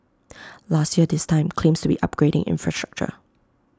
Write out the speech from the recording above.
last year this time claims to be upgrading infrastructure